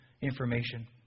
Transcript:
information